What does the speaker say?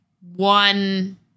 one